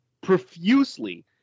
profusely